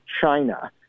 China